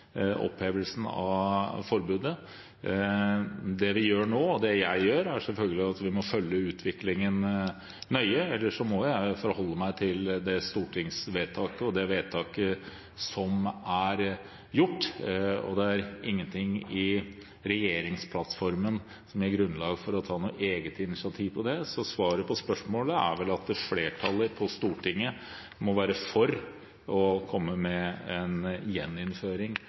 opphevelsen av forbudet. Det vi gjør nå – og det jeg gjør – er selvfølgelig å følge utviklingen nøye. Ellers må jo jeg forholde meg til det stortingsvedtaket som er gjort, og det er ingenting i regjeringsplattformen som gir grunnlag for å ta noe eget initiativ til dette. Så svaret på spørsmålet er vel at flertallet på Stortinget må være for å komme med en gjeninnføring